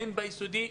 הן ביסודי,